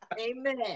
Amen